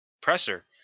presser